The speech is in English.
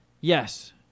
yes